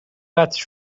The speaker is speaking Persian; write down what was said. قطع